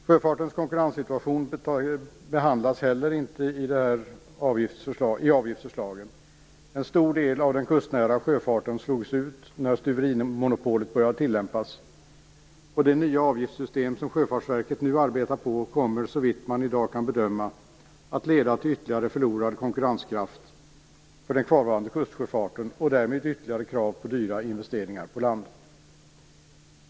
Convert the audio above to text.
Sjöfartens konkurrenssituation behandlas heller inte i avgiftsförslagen. En stor del av den kustnära sjöfarten slogs ut när stuverimonopolet började tilllämpas, och det nya avgiftssystem som Sjöfartsverket nu arbetar med kommer, så vitt man i dag kan bedöma, att leda till ytterligare förlorad konkurrenskraft för den kvarvarande kustsjöfarten och därmed ytterligare krav på dyra investeringar på land.